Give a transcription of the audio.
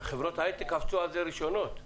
וחברות ההיי-טק קפצו על זה ראשונות,